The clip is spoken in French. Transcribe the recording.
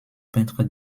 peintre